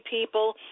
people